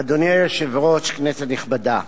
אדוני היושב-ראש, כנסת נכבדה,